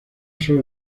sólo